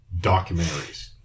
documentaries